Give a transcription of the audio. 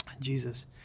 Jesus